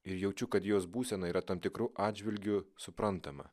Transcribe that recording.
ir jaučiu kad jos būsena yra tam tikru atžvilgiu suprantama